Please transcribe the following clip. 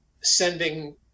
sending